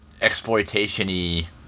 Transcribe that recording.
exploitation-y